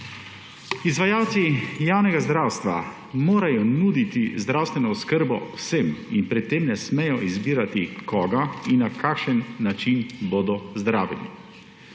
Izvajalci javnega zdravstva morajo nuditi zdravstveno oskrbo vsem in pri tem ne smejo izbirati, koga in na kakšen način bodo zdravili.